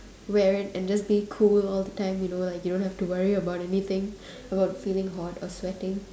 wear it and just be cool all the time you know like you don't have to worry about anything about feeling hot or sweating